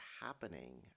happening